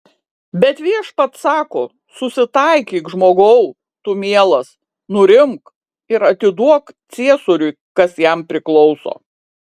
bet viešpats sako susitaikyk žmogau tu mielas nurimk ir atiduok ciesoriui kas jam priklauso